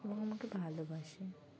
এবং আমাকে ভালোবাসে